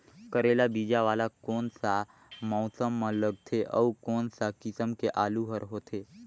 करेला बीजा वाला कोन सा मौसम म लगथे अउ कोन सा किसम के आलू हर होथे?